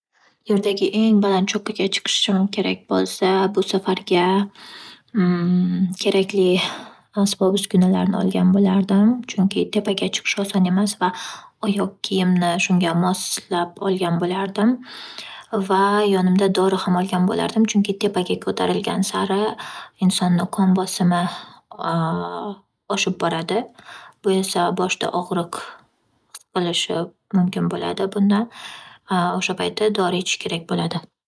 Yerdagi eng baland cho'qqiga chiqishim kerak bo'lsa, bu safarga kerakli asbob-uskunalarni olgan bo'lardim. Chunki tepaga chiqish oson emas va oyoq kiyimni shunga moslab olgan bo'lardim va yonimda dori ham olgan bo'lardim. Chunki tepaga ko'tarilgan sari insonni qon bosimi oshib boradi. Bu esa boshda og'riq his qilishi mumkin bo'ladi bundan o'sha payti dori ichishi kerak bo'ladi.